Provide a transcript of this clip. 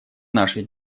нашей